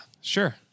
sure